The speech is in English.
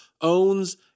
owns